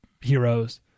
heroes